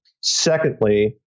Secondly